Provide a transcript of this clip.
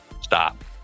Stop